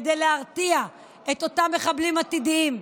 כדי להרתיע את אותם מחבלים עתידיים,